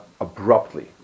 abruptly